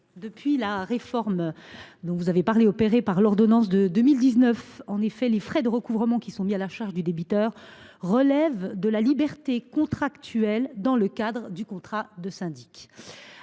Depuis la réforme opérée par l’ordonnance de 2019, les frais de recouvrement mis à la charge du débiteur relèvent de la liberté contractuelle dans le cadre du contrat de syndic.